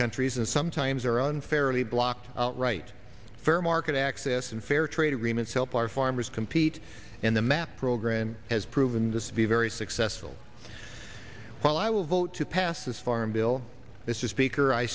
countries and sometimes are unfairly blocked out right fair market access and fair trade agreements help our farmers compete and the map program has proven this be very successful while i will vote to pass this farm bill this is